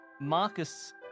Marcus